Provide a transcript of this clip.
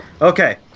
Okay